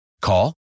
Call